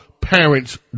parents